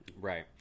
right